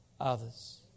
others